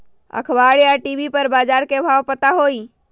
अखबार या टी.वी पर बजार के भाव पता होई?